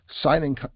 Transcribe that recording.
Signing